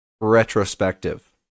retrospective